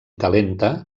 calenta